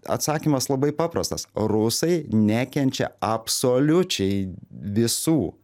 atsakymas labai paprastas rusai nekenčia absoliučiai visų